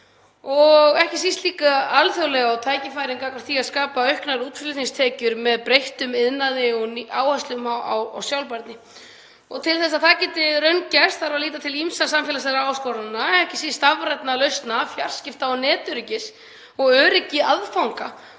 ekki síst líka alþjóðlega, og tækifærum gagnvart því að skapa auknar útflutningstekjur með breyttum iðnaði og áherslum á sjálfbærni. Til þess að það geti raungerst þarf að líta til ýmissa samfélagslegra áskorana, ekki síst stafrænna lausna, fjarskipta- og netöryggis og öryggis aðfanga.